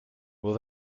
will